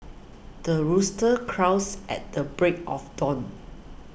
the rooster crows at the break of dawn